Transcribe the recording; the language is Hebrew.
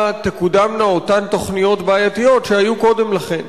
תקודמנה אותן תוכניות בעייתיות שהיו קודם לכן.